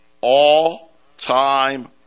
all-time